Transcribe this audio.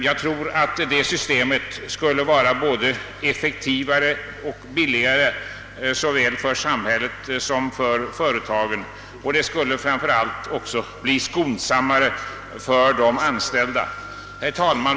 Jag tror att detta system skulle vara både effektivare och billigare för såväl samhället som företagen och det skulle framför allt bli skonsammare för de anställda. Herr talman!